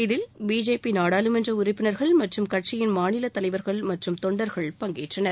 இதில் பிஜேபி நாடாளுமன்ற உறுப்பினர்கள் மற்றும் கட்சியின் மாநில தலைவர்கள் மற்றும் தொண்டர்கள் பங்கேற்றனர்